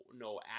no